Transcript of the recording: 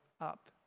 up